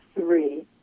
three